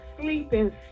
sleeping